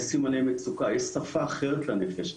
יש סימני מצוקה, יש שפה אחרת לנפש.